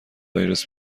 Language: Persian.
آیرس